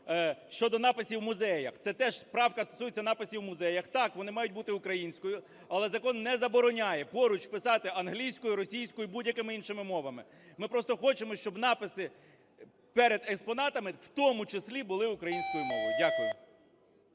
Щодо написів у музеях. Ця теж правка стосується написів у музеях. Так, вони мають бути українською. Але закон не забороняє поруч писати англійською, російською і будь-якими іншими мовами. Ми просто хочемо, щоб написи перед експонатами, в тому числі були українською мовою. Дякую.